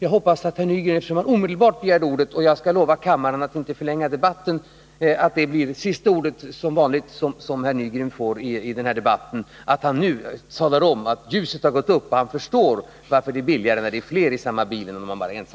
Herr Nygren begär nu omedelbart ordet. Jag lovar kammaren att inte förlänga debatten och att herr Nygren alltså — som vanligt — får sista ordet i debatten. Jag hoppas att herr Nygren talar om att ljuset nu har gått upp och att han förstår varför det är billigare när det är fler i samma bil än om man är ensam.